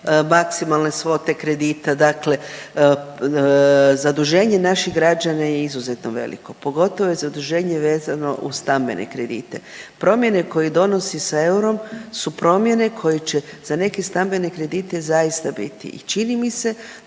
maksimalne svote kredita, dakle zaduženje naših građana je izuzetno veliko, pogotovo zaduženje vezano uz stambene kredite. Promjene koje donosi sa eurom su promjene koje će za neke stambene kredite zaista biti i čini mi se